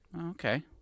okay